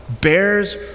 bears